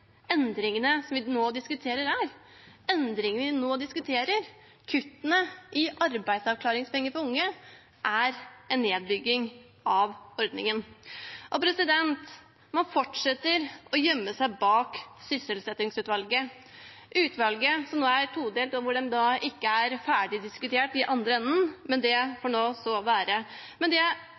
endringene som vi nå diskuterer, gjør. Endringene vi nå diskuterer, kuttene i arbeidsavklaringspenger for unge, er en nedbygging av ordningen. Man fortsetter å gjemme seg bak sysselsettingsutvalget. Utvalget er todelt, og de er ikke ferdig diskutert i andre enden, men det får nå så være. Men det